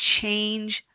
change